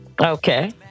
Okay